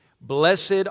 Blessed